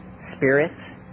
spirits